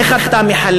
איך אתה מחלק,